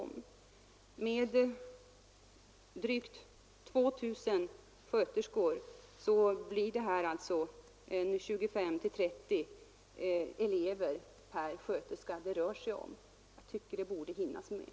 Med drygt 2 000 sköterskor blir det alltså 25—30 elever per sköterska. Jag tycker att det borde hinnas med.